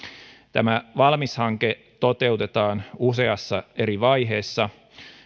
tämä valmis hanke toteutetaan useassa eri vaiheessa